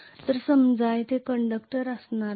तर समजा येथे कंडक्टर असणार आहे